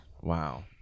Wow